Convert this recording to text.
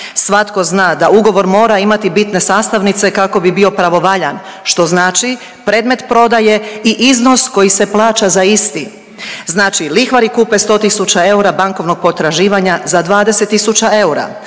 Svatko zna da ugovor mora imati bitne sastavnice kako bi bio pravovaljan, što znači predmet prodaje i iznos koji se plaća za isti. Znači lihvari kupe 100 tisuća eura bankovnog potraživanja za 20 tisuća